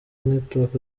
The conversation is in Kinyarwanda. network